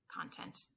content